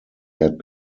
had